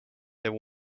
there